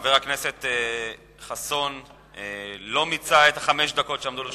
שחבר הכנסת חסון לא מיצה את חמש הדקות שעמדו לרשותו,